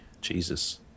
Jesus